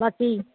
ਬਸ ਜੀ